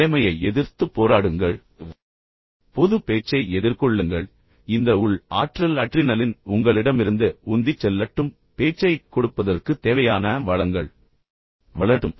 நிலைமையை எதிர்த்துப் போராடுங்கள் பொதுப் பேச்சை எதிர்கொள்ளுங்கள் இந்த உள் ஆற்றல் அட்ரினலின் உங்களிடமிருந்து உந்திச் செல்லட்டும் பேச்சைக் கொடுப்பதற்குத் தேவையான வளங்கள் வளரட்டும்